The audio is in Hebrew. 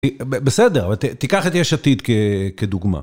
בסדר, אבל תיקח את יש עתיד כדוגמה.